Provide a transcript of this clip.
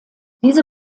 diese